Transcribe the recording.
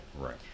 Right